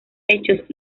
hechos